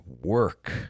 work